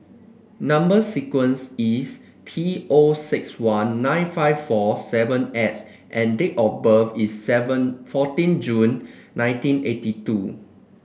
number sequence is T O six one nine five four seven X and date of birth is seven fourteen June nineteen eighty two